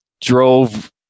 drove